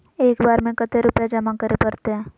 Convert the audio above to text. एक बार में कते रुपया जमा करे परते?